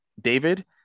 David